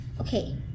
Okay